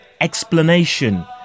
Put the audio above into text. explanation